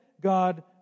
God